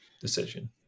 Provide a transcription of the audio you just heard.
decision